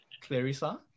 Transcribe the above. Clarissa